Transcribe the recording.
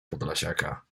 podlasiaka